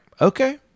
okay